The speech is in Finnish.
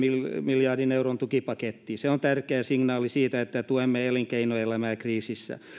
miljardin euron tukipaketti se on tärkeä signaali siitä että tuemme elinkeinoelämää kriisissä